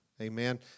amen